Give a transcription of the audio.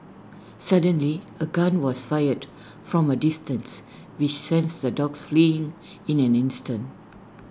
suddenly A gun was fired from A distance which sent the dogs fleeing in an instant